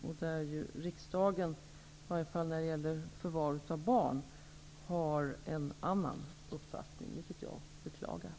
Riksdagen har där, i varje fall när det gäller förvar av barn, en annan uppfattning, vilket jag beklagar.